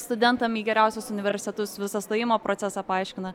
studentam į geriausius universitetus visą stojimo procesą paaiškina